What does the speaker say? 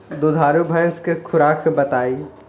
दुधारू भैंस के खुराक बताई?